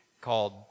called